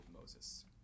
Moses